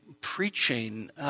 preaching